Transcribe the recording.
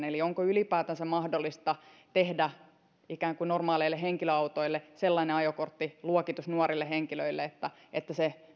eli onko ylipäätänsä mahdollista tehdä normaaleille henkilöautoille sellainen ajokorttiluokitus nuorille henkilöille että että se